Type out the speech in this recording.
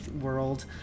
world